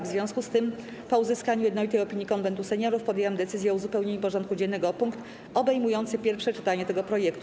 W związku z tym, po uzyskaniu jednolitej opinii Konwentu Seniorów, podjęłam decyzję o uzupełnieniu porządku dziennego o punkt obejmujący pierwsze czytanie tego projektu.